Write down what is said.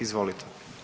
Izvolite.